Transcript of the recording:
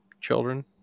children